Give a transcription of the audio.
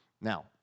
Now